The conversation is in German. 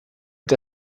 der